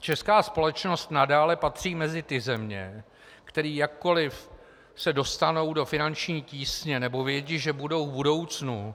Česká společnost nadále patří mezi ty země, které jakkoliv se dostanou do finanční tísně nebo vědí, že budou v budoucnu